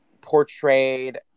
portrayed